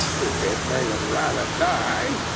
if they would rather die,